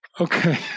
Okay